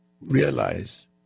realize